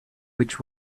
which